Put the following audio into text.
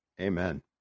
Amen